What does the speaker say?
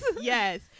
Yes